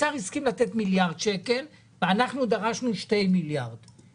האוצר הסכים לתת מיליארד שקלים ואנחנו דרשנו שני מיליארד שקלים.